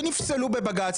שנפסלו בבג"צ.